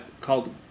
called